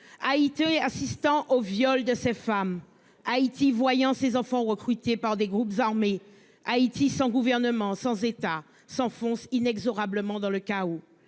a été assistant au viol de ces femmes Haïti voyant ses enfants recrutés par des groupes armés Haïti sans gouvernement sans état s'enfonce inexorablement dans le chaos.